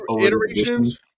iterations